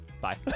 bye